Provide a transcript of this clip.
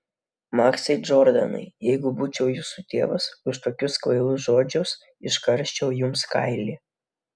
maksai džordanai jeigu būčiau jūsų tėvas už tokius kvailus žodžius iškarščiau jums kailį